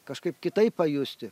kažkaip kitaip pajusti